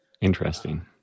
Interesting